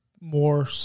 more